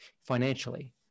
financially